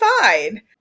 fine